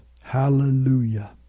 hallelujah